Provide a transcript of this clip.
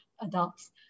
adults